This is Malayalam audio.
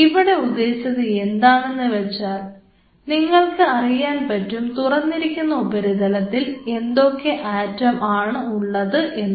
ഇവിടെ ഉദ്ദേശിച്ചത് എന്താണെന്ന് വെച്ചാൽ നിങ്ങൾക്ക് അറിയാൻ പറ്റും തുറന്നിരിക്കുന്ന ഉപരിതലത്തിൽ ഏതൊക്കെ ആറ്റം ആണ് ഉള്ളതെന്ന്